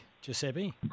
Giuseppe